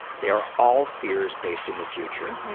they are all fears based in the future.